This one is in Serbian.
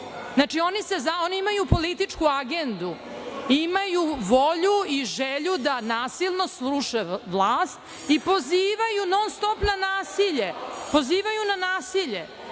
izvinite, oni imaju političku agendu, imaju volju i želju da nasilno služe vlast i pozivaju non-stop na nasilje. Mi ovde